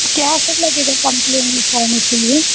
क्या सब लगेगा कंप्लेन लिखवाने के लिए